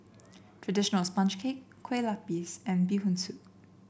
traditional sponge cake Kueh Lupis and Bee Hoon Soup